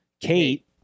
Kate